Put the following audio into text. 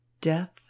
Death